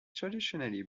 traditionally